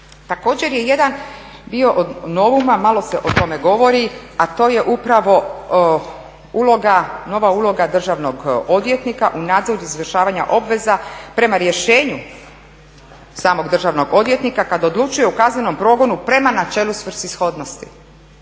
Također je jedan bio od novuma, malo se o tome govori a to je upravo uloga, nova uloga državnog odvjetnika u nadzoru izvršavanja obveza prema rješenju samog državnog odvjetnika kada odlučuje o kaznenom progonu prema načelu svrsishodnosti,